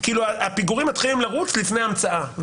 והפיגורים מתחילים לרוץ לפני המצאה,